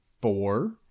four